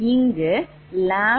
இங்கு 𝜆 109